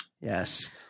Yes